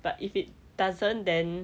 but if it doesn't then